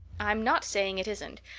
i'm not saying it isn't.